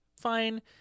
fine